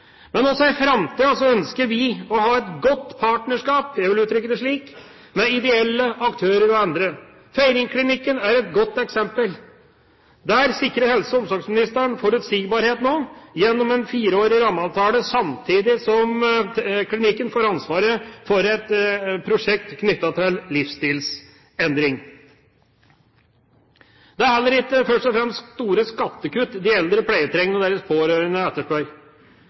Men også i framtiden ønsker vi å ha et godt partnerskap – jeg vil uttrykke det slik – med ideelle aktører og andre. Feiringklinikken er et godt eksempel. Der sikrer helse- og omsorgsministeren forutsigbarhet nå gjennom en fireårig rammeavtale, samtidig som klinikken får ansvaret for et prosjekt knyttet til livsstilendring. Det er heller ikke først og fremst store skattekutt de eldre pleietrengende og deres pårørende etterspør.